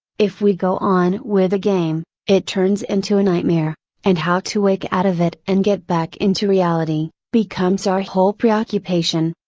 if we go on with the game, it turns into a nightmare and how to wake out of it and get back into reality, becomes our whole preoccupation.